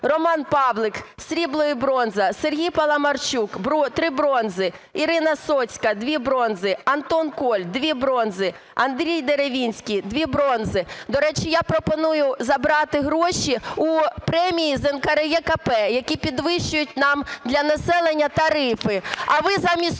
Роман Павлик: срібло і бронза. Сергій Паламарчук: 3 бронзи. Ірина Соцька: дві бронзи. Антон Коль: дві бронзи. Андрій Деревінський: дві бронзи. До речі, я пропоную забрати гроші, премії з НКРЕКП, які підвищують нам для населення тарифи. А ви замість